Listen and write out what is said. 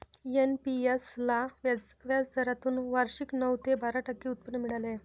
NPS ला व्याजदरातून वार्षिक नऊ ते बारा टक्के उत्पन्न मिळाले आहे